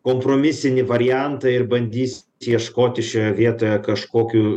kompromisinį variantą ir bandys ieškoti šioje vietoje kažkokių